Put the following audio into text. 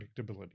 predictability